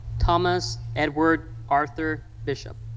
thomas edward arthur bishop.